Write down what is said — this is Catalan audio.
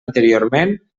anteriorment